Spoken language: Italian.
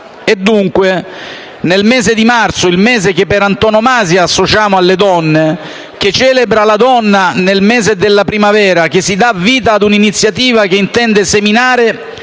È dunque nel mese di marzo (il mese che, per antonomasia, associamo alle donne e che le celebra nel mese della primavera) che si dà vita ad un'iniziativa che intende seminare